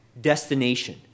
destination